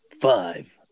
Five